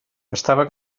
estava